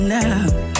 now